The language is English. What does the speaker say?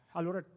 Allora